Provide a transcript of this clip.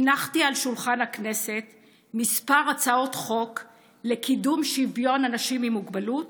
הנחתי על שולחן הכנסת כמה הצעות חוק לקידום שוויון לאנשים עם מוגבלות